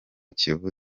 kiyovu